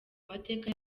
mateka